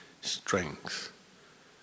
strength